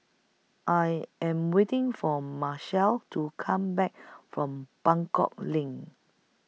I Am waiting For Macel to Come Back from Buangkok LINK